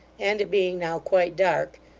and it being now quite dark,